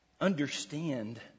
understand